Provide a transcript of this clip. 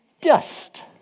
dust